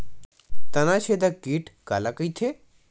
तनाछेदक कीट काला कइथे?